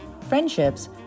friendships